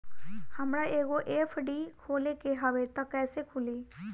हमरा एगो एफ.डी खोले के हवे त कैसे खुली?